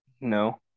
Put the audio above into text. no